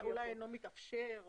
אולי לא מתאפשר.